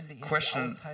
question